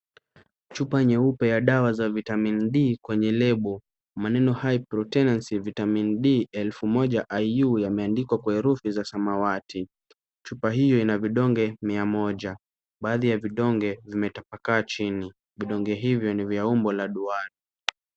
Chupa nyeupe ya dawa ya vitamin D kwenye lebo, maneno high potency vitamin D 1000 IU yameandikwa kwa herufi za samawati, chupa hiyo ina vidonge mia moja, baadhi ya vidonge vimetapakaa chini, vidonge hivyo ni vya umbo ya duara.